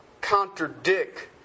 contradict